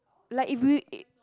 like if you it